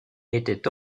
était